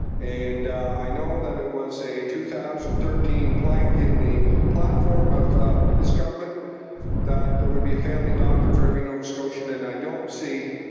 and i know that it was a two thousand and thirteen plank in the platform of this government that there would be a family doctor for every nova scotian. and i don't see